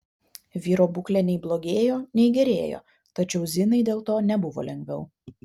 vyro būklė nei blogėjo nei gerėjo tačiau zinai dėl to nebuvo lengviau